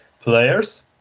players